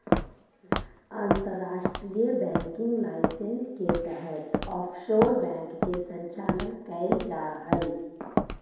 अंतर्राष्ट्रीय banking licence के तहत ऑफशोर बैंक के संचालन कैल जा हइ